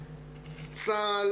צה"ל,